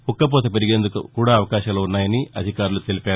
ఉక్కపోత పెరిగేందుకు అవకాశాలు ఉన్నాయని అధికారులు తెలిపారు